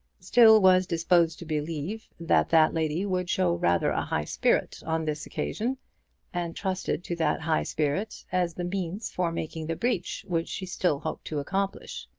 still was disposed to believe that that lady would show rather a high spirit on this occasion and trusted to that high spirit as the means for making the breach which she still hoped to accomplish.